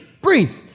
breathe